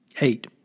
Eight